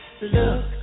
look